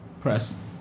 Press